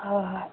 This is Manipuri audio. ꯍꯣꯏ ꯍꯣꯏ